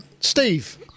Steve